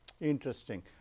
interesting